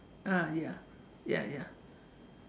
ah ya ya ya